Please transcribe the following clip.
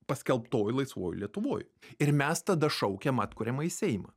paskelbtoj laisvoj lietuvoj ir mes tada šaukiam atkuriamąjį seimą